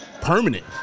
permanent